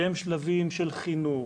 שהם שלבים של חינוך,